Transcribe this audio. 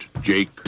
Jake